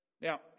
Now